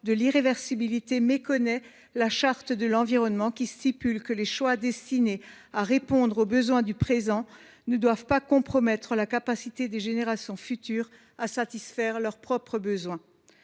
de l’irréversibilité méconnaît la Charte de l’environnement, celle ci disposant que « les choix destinés à répondre aux besoins du présent ne doivent pas compromettre la capacité des générations futures […] à satisfaire leurs propres besoins